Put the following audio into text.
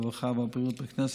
הרווחה והבריאות של הכנסת.